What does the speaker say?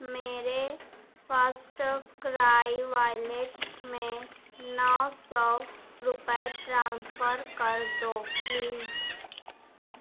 میرے فسٹ کرائی والیٹ میں نو سو روپے ٹرانسفر کر دو پلیز